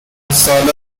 ساله